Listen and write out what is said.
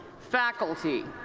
faculty,